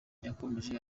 yakomeje